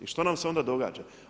I što nam se onda događa?